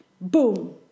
boom